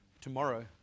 tomorrow